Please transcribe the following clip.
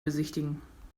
besichtigen